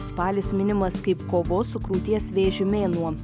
spalis minimas kaip kovos su krūties vėžiu mėnuo